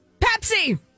Pepsi